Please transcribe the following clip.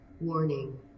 Warning